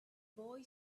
boy